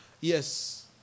Yes